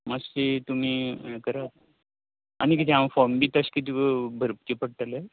मातशें तुमी हें करात आनी कितें हांव फोर्म बीन तशें कितें भरचें पडटलें